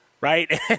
Right